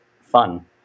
fun